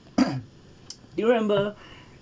do you remember